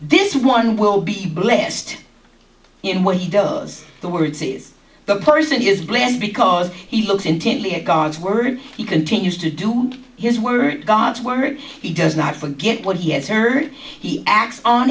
this one will be blessed in what he does the word says the person is blessed because he looked intently at god's word he continues to do his word god's word he does not forget what he has or he acts on